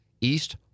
East